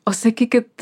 o sakykit